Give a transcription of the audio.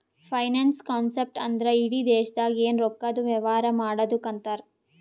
finance concept ಅಂದ್ರ ಇಡಿ ದೇಶ್ದಾಗ್ ಎನ್ ರೊಕ್ಕಾದು ವ್ಯವಾರ ಮಾಡದ್ದುಕ್ ಅಂತಾರ್